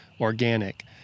organic